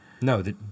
No